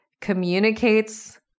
communicates